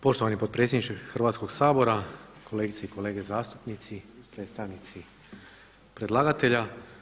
Poštovani potpredsjedniče Hrvatskoga sabora, kolegice i kolege zastupnici, predstavnici predlagatelja.